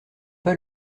pas